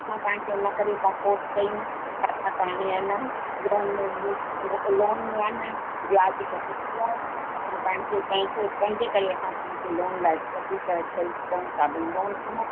असां तव्हांखे इन करे था फ़ोर्स कयूं त असां त हाणे आहे न लोन वोन में लोन में आहे न व्याजु घटिजी वियो आहे असां तव्हांखे पंहिंजे पंहिंजे करे असां तव्हांखे लोन लाइ वधीक चई चऊं था भई लोन खणो